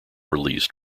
released